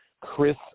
Chris